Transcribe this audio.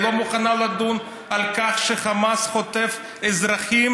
היא לא מוכנה לדון על כך שחמאס חוטף אזרחים